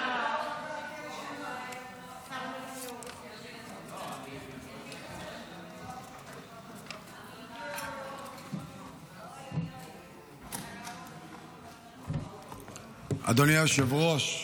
אדוני היושב-ראש,